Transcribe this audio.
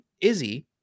Izzy